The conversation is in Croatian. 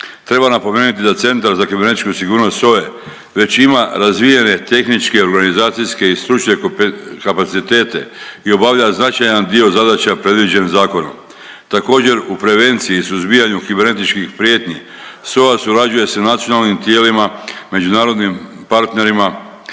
Treba napomenuti da Centar za kibernetičku sigurnost SOA-e već ima razvijene tehničke organizacijske i stručne kapacitete i obavlja značajan dio zadaća predviđen zakonom. Također u prevenciji, suzbijanju kibernetičkih prijetnji SOA surađuje sa nacionalnim tijelima, međunarodnim partnerima,